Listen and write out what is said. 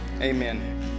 Amen